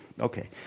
okay